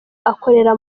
akorera